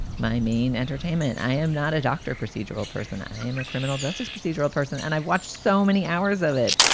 my main entertainment, i am not a doctor procedural person. i am a criminal justice procedural person. and i've watched so many hours of it.